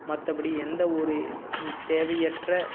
மற்றபடி எந்த ஒரு தேவையற்ற